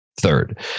third